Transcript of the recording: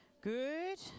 Good